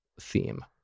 theme